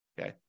Okay